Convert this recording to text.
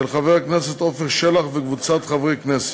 של חבר הכנסת עפר שלח וקבוצת חברי הכנסת,